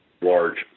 large